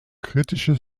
kritische